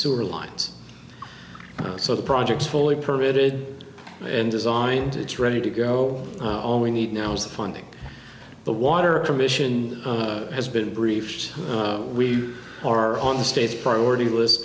sewer lines so the project's fully permeated and designed it's ready to go all we need now is the funding the water commission has been briefed we are on the state's priority list